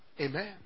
Amen